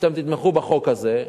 אתם תתמכו בחוק הזה,